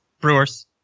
Brewers